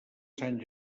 sant